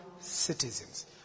citizens